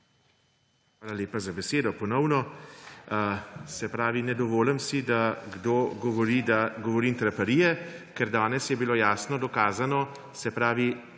Hvala lepa za besedo, ponovno. Ne dovolim si, da kdo govori, da govorim traparije, ker danes je bilo jasno dokazano. Povedal